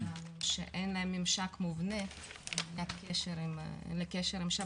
לנו שאין להם ממשק מובנה לקשר עם שב"ס.